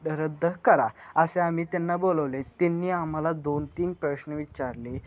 रद्द करा असे आम्ही त्यांना बोलवले त्यांनी आम्हाला दोन तीन प्रश्न विचारले